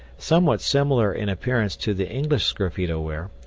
somewhat similar in appearance to the english sgraffito-ware,